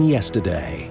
Yesterday